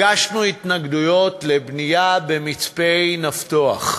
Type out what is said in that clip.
הגשנו התנגדויות לבנייה במצפה-נפתוח,